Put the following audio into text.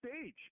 stage